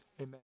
Amen